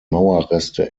mauerreste